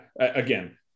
again